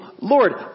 Lord